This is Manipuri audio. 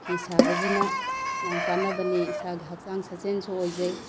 ꯐꯤ ꯁꯥꯕꯁꯤꯅ ꯌꯥꯝ ꯀꯥꯟꯅꯕꯅꯤ ꯏꯁꯥꯒꯤ ꯍꯛꯆꯥꯡ ꯁꯥꯖꯦꯜꯁꯨ ꯑꯣꯏꯖꯩ